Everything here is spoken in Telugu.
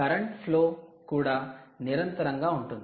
కరెంటు ఫ్లో కూడా నిరంతరాయంగా ఉంటుంది